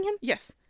yes